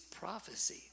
prophecy